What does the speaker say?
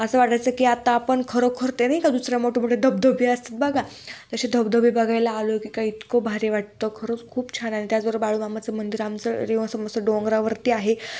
असं वाटायचं की आता आपण खरोखर ते नाही का दुसऱ्या मोठेमोठे धबधबे असतात बघा तसे धबधबे बघायला आलो की काय इतकं भारी वाटतं खरंच खूप छान आहे त्याचबरोबर बाळूमामाचं मंदिर आमचं रिव असं मस्त डोंगरावरती आहे